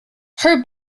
her